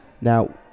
Now